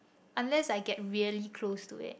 unless I get really close to it